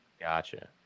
gotcha